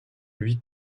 lui